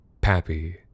Pappy